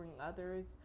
others